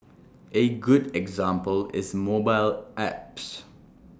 A good example is mobile apps